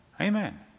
amen